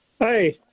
Hi